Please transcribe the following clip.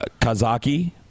Kazaki